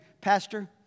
pastor